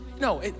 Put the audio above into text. No